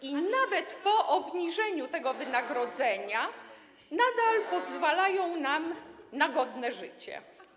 i nawet po obniżeniu tego wynagrodzenia nadal pozwalają nam na godne życie.